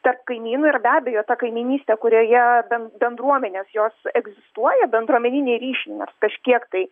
tarp kaimynų ir be abejo ta kaimynystė kurioje ben bendruomenės jos egzistuoja bendruomeniniai ryšiai nors kažkiek tai